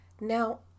Now